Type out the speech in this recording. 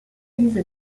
diese